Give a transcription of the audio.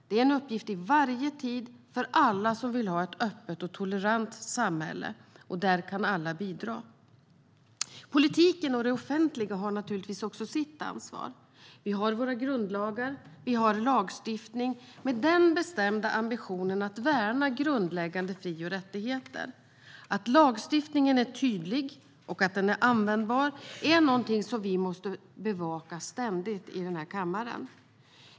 Det är en uppgift i varje tid för alla som vill ha ett öppet och tolerant samhälle, och där kan alla bidra. Politiken och det offentliga har naturligtvis sitt ansvar. Vi har våra grundlagar. Vi har lagstiftning med den bestämda ambitionen att värna grundläggande fri och rättigheter. Att lagstiftningen är tydlig och att den är användbar är något som vi ständigt måste bevaka i den här kammaren.